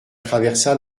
traversa